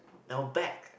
now back